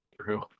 True